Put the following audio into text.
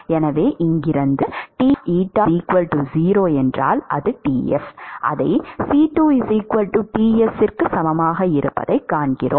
எனவே இங்கிருந்து T0Ts C2 Tsக்கு சமமாக இருப்பதைக் காண்கிறோம்